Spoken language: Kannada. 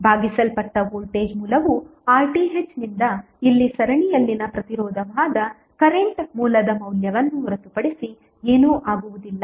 ಭಾಗಿಸಲ್ಪಟ್ಟ ವೋಲ್ಟೇಜ್ ಮೂಲವು RTh ನಿಂದ ಇಲ್ಲಿ ಸರಣಿಯಲ್ಲಿನ ಪ್ರತಿರೋಧವಾದ ಕರೆಂಟ್ ಮೂಲದ ಮೌಲ್ಯವನ್ನು ಹೊರತುಪಡಿಸಿ ಏನೂ ಆಗುವುದಿಲ್ಲ